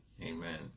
Amen